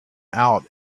out